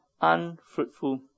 unfruitful